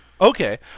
Okay